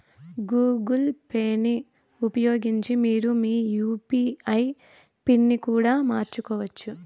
Google పేని ఉపయోగించి మీరు మీ యూ.పీ.ఐ పిన్ ని కూడా మార్చుకోవచ్చు